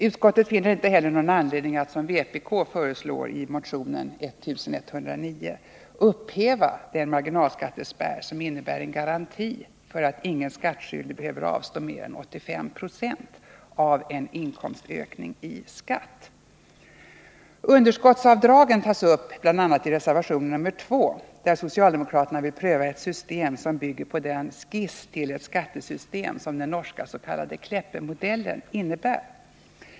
Utskottet finner inte heller någon anledning att, som vpk föreslår i motion 1109, upphäva den marginalskattespärr som innebär en garanti för att ingen skattskyldig skall behöva avstå mer än 85 70 av en inkomstökning i skatt. Underskottsavdragen tas upp i bl.a. reservation 2. Socialdemokraterna vill pröva ett system som bygger på den skiss till ett skattesystem som den norska s.k. Kleppemodellen innebär.